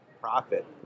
profit